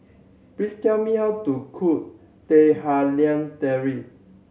please tell me how to cook Teh Halia Tarik